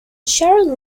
sharon